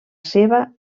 seva